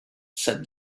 said